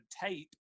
tape